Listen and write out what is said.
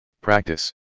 practice